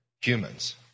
humans